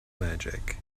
magic